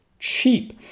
Cheap